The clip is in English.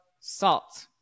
salt